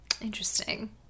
interesting